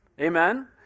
Amen